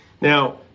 Now